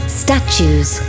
statues